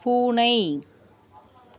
பூனை